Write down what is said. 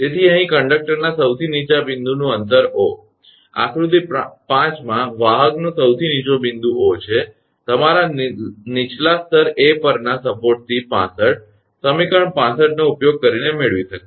તેથી અહીં કન્ડક્ટરના સૌથી નીચા બિંદુનું અંતર 𝑂 આકૃતિ 5 માં વાહકનો સૌથી નીચો બિંદુ 𝑂 છે તમારા નીચલા સ્તર 𝐴 પરના સપોર્ટથી 65સમીકરણ 65 નો ઉપયોગ કરીને મેળવી શકાય છે